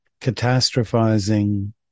catastrophizing